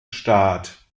staat